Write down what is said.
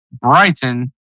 Brighton